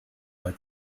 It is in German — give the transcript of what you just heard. bei